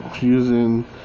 using